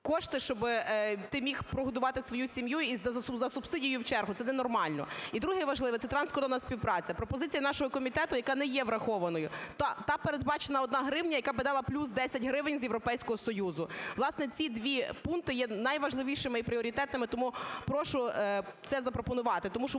кошти, щоб ти міг прогодувати свою сім'ю, і за субсидію в чергу – це не нормально. І друге, важливе, це транскордонна співпраця. Пропозиція нашого комітету, яка не є врахованою. Там передбачена одна гривня, яка би дала плюс десять гривень з Європейського Союзу. Власне, ці два пункти є найважливішими і пріоритетними, тому прошу це запропонувати.